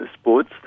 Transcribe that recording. sports